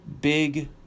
big